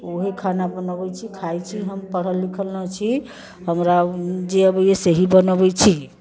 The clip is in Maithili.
ओहे खाना बनबैत छी खाइत छी हम पढ़ल लिखल नहि छी हमरा जे अबैया सेहि बनबैत छी